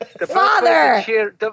Father